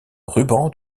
ruban